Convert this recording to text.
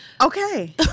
Okay